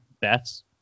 bets